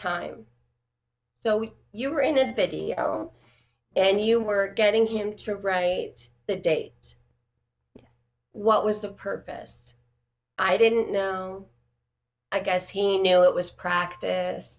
time so we you are in the video and you were getting him to write the date what was the purpose i didn't know i guess he knew it was practice